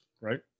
right